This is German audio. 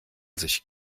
sich